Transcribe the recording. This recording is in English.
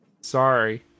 Sorry